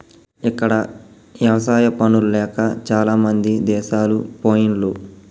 ఇక్కడ ఎవసాయా పనులు లేక చాలామంది దేశాలు పొయిన్లు